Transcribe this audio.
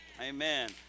Amen